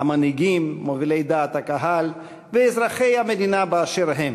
המנהיגים, מובילי דעת הקהל ואזרחי המדינה באשר הם